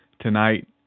tonight